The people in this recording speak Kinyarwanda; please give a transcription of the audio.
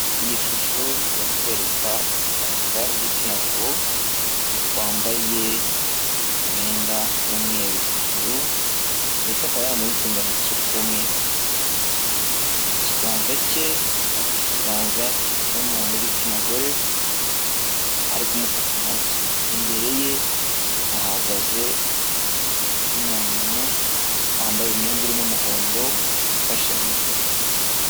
Iyi shusho iratwereka umuganga w'igitsina gabo, wambaye umwenda w'umweru hejuru ndetse akaba yambaye n'uturindantoki tw'umweru. Mu kiganza cye afashe ikiganza cy'umuntu w'igitsina gore, ari kumufata amaraso. Imbere ye hahagaze undi muntu wambaye umwenda irimo umuhondo, wifashe mu mifuka.